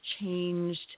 changed